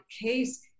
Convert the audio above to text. case